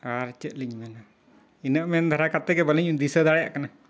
ᱟᱨ ᱪᱮᱫᱞᱤᱧ ᱢᱮᱱᱟ ᱤᱱᱟᱹᱜ ᱢᱮᱱ ᱫᱷᱟᱨᱟ ᱠᱟᱛᱮᱜᱮ ᱵᱟᱹᱞᱤᱧ ᱫᱤᱥᱟᱹ ᱫᱟᱲᱮᱭᱟᱜ ᱠᱟᱱᱟ